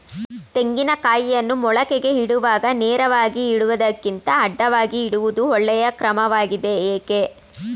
ತೆಂಗಿನ ಕಾಯಿಯನ್ನು ಮೊಳಕೆಗೆ ಇಡುವಾಗ ನೇರವಾಗಿ ಇಡುವುದಕ್ಕಿಂತ ಅಡ್ಡಲಾಗಿ ಇಡುವುದು ಒಳ್ಳೆಯ ಕ್ರಮವಾಗಿದೆ ಏಕೆ?